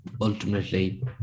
ultimately